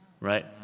right